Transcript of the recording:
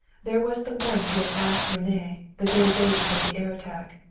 there was the one he had asked rene, the very day before the air attack.